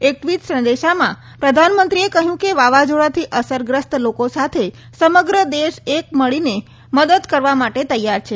એક ટવીટ સંદેશામાં પ્રધાનમંત્રીએ કહયું કે વાવાઝોડાથી અસરગ્રસ્ત લોકો સાથે સમગ્ર દેશ સાથે મળીને મદદ માટે તૈયાર છે